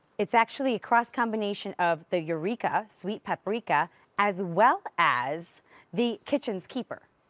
it's actually a cross combination of the eureka sweet paprika as well as the kitchen's keeper.